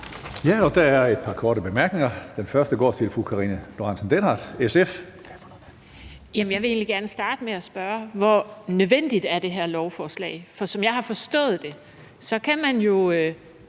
Hønge): Der er et par korte bemærkninger. Den første går til fru Karina Lorentzen Dehnhardt, SF. Kl. 16:45 Karina Lorentzen Dehnhardt (SF): Jamen jeg vil egentlig gerne starte med at spørge: Hvor nødvendigt er det her lovforslag? For som jeg har forstået det, kan man jo